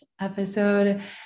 episode